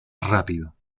rápido